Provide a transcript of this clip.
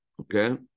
okay